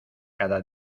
cada